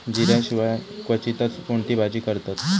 जिऱ्या शिवाय क्वचितच कोणती भाजी करतत